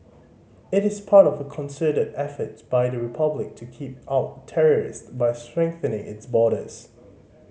it is part of a concerted efforts by the Republic to keep out terrorist by strengthening its borders